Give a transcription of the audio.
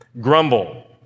Grumble